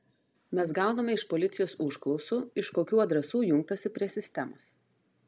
mes gauname iš policijos užklausų iš kokių adresų jungtasi prie sistemos